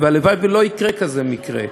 והלוואי שלא יקרה כזה מקרה,